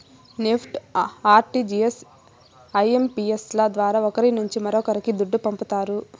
NEFT, RTGS, ఐయంపియస్ ల ద్వారా ఒకరి నుంచి మరొక్కరికి దుడ్డు పంపతారు